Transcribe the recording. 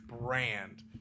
brand